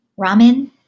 ramen